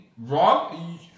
Wrong